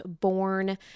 born